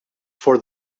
for